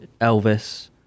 Elvis